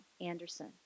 Anderson